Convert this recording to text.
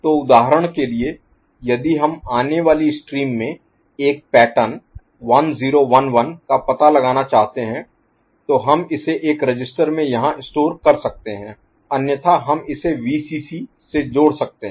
तो उदाहरण के लिए यदि हम आने वाली स्ट्रीम में एक पैटर्न 1 0 1 1 का पता लगाना चाहते हैं तो हम इसे एक रजिस्टर में यहाँ स्टोर कर सकते हैं अन्यथा हम इसे Vcc से जोड़ सकते हैं